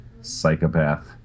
psychopath